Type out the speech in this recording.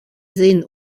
sehen